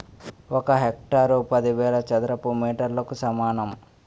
ఒక హెక్టారు పదివేల చదరపు మీటర్లకు సమానం